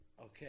Okay